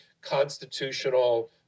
constitutional